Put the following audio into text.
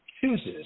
chooses